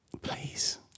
Please